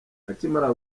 akimara